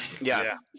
Yes